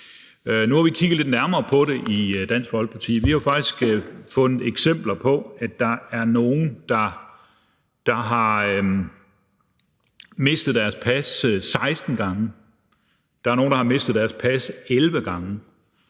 Nu har vi kigget lidt nærmere på det i Dansk Folkeparti. Vi har faktisk fundet eksempler på, at der er nogle, der har mistet deres pas 16 gange. Der er nogle, der har mistet deres pas 11 gange,